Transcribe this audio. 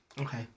Okay